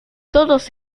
todos